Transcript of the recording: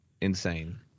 insane